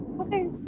okay